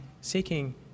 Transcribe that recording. seeking